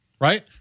right